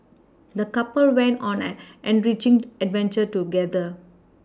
the couple went on an enriching adventure together